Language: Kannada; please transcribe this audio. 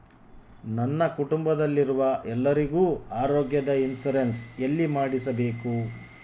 ನನ್ನ ಕುಟುಂಬದಲ್ಲಿರುವ ಎಲ್ಲರಿಗೂ ಆರೋಗ್ಯದ ಇನ್ಶೂರೆನ್ಸ್ ಎಲ್ಲಿ ಮಾಡಿಸಬೇಕು?